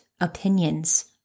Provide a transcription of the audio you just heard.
opinions